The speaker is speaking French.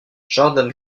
jordan